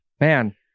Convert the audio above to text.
Man